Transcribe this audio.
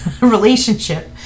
relationship